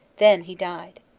then he died.